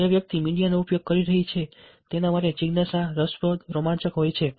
જે વ્યક્તિ મીડિયાનો ઉપયોગ ઉપયોગ કરી રહી છે તેના માટે જિજ્ઞાસા રસપ્રદ રોમાંચક હોય છે